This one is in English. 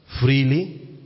Freely